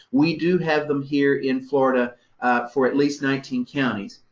we do have them here in florida for at least nineteen counties.